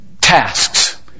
tasks